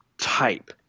type